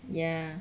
ya